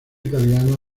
italiano